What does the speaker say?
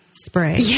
Spray